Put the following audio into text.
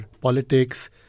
politics